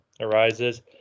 arises